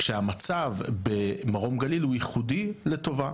כאשר המצב במרום גליל הוא ייחודי לטובה.